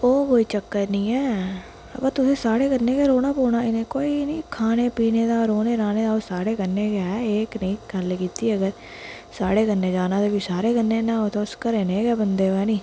ओह् कोई चक्कर नी ऐ बा तुसें साढ़े कन्नै गै रौह्ना पौना कोई नी खाने पीने दा रौह्ने राह्ने दा ओह् साढ़े कन्नै गै ऐ एह् कनेही गल्ल कीती अगर साढ़े कन्नै जाना तां साढ़े कन्नै गै ओ तुस घरै दे गै बंदे न हैनी